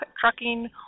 Trucking